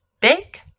big